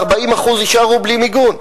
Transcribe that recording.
ו-40% יישארו בלי מיגון.